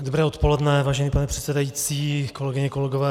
Dobré odpoledne, vážený pane předsedající, kolegyně, kolegové.